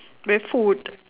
with food